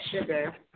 sugar